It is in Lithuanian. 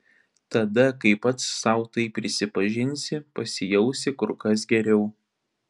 tada kai pats sau tai prisipažinsi pasijausi kur kas geriau